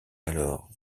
alors